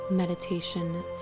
Meditation